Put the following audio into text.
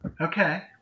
Okay